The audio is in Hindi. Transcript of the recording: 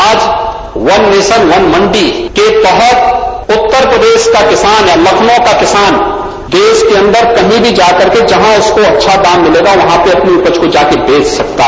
आज वन नेशन वन मंडी के तहत उत्तर प्रदेश का किसान या लखनऊ का किसान देश के अन्दर कही भी जाकर के जहां उसको अच्छा दाम मिलेगा वहां पर अपनी उपज को जाकर बेच सकता है